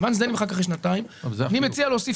מכיוון שכאן זה נמחק אחרי שנתיים אני מציע להוסיף